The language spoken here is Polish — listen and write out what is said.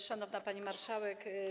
Szanowna Pani Marszałek!